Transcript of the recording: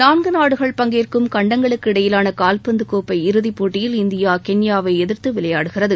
நான்கு நாடுகள் பங்கேற்கும் கண்டங்களுக்கு இடையிலான கால்பந்து கோப்பை இறுதி போட்டியில் இந்தியா கென்யாவை எதிா்த்து விளையாடுகிறது